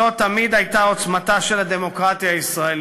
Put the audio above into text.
זו הייתה תמיד עוצמתה של הדמוקרטיה הישראלית.